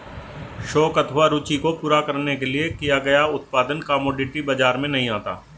शौक अथवा रूचि को पूरा करने के लिए किया गया उत्पादन कमोडिटी बाजार में नहीं आता